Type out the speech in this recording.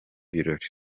birori